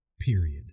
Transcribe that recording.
period